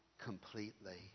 completely